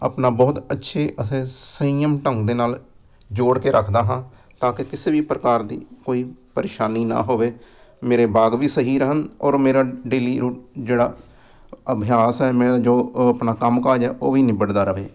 ਆਪਣਾ ਬਹੁਤ ਅੱਛੇ ਅਤੇ ਸੰਯਮ ਢੰਗ ਦੇ ਨਾਲ ਜੋੜ ਕੇ ਰੱਖਦਾ ਹਾਂ ਤਾਂ ਕਿ ਕਿਸੇ ਵੀ ਪ੍ਰਕਾਰ ਦੀ ਕੋਈ ਪਰੇਸ਼ਾਨੀ ਨਾ ਹੋਵੇ ਮੇਰੇ ਬਾਗ ਵੀ ਸਹੀ ਰਹਿਣ ਔਰ ਮੇਰਾ ਡੇਲੀ ਰੋ ਜਿਹੜਾ ਅਭਿਆਸ ਆ ਮੇਰਾ ਜੋ ਉਹ ਆਪਣਾ ਕੰਮ ਕਾਜ ਆ ਉਹ ਵੀ ਨਿਬੜਦਾ ਰਹੇ